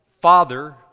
Father